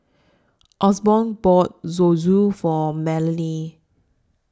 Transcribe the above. Osborne bought Zosui For Melanie